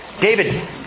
David